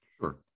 Sure